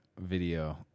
video